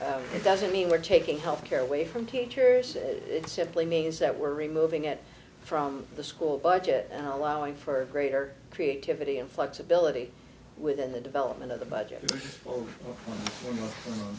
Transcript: evaluating it doesn't mean we're taking health care away from teachers it simply means that we're removing it from the school budget allowing for greater creativity and flexibility within the development of the budget